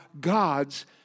God's